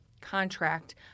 contract